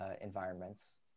environments